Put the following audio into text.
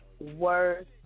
worst